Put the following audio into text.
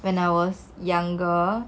when I was younger